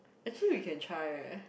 actually we can try eh